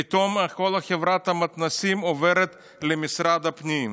פתאום כל חברת המתנ"סים עוברת למשרד הפנים.